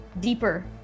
deeper